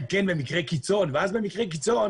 כן מדובר במקרה קיצון ואז במקרה קיצון